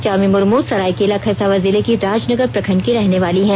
चामी मुर्म सरायकेला खरसांवा जिले की राजनगर प्रखण्ड की रहने वाली हैं